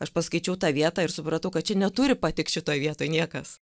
aš paskaičiau tą vietą ir supratau kad čia neturi patikt šitoj vietoj niekas